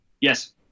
Yes